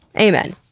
amen!